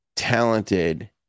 talented